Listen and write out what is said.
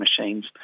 machines